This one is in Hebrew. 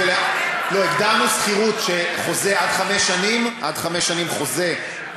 לא, הגדרנו שכירות, חוזה עד חמש שנים, בחוק.